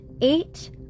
eight